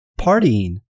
partying